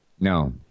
no